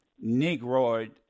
negroid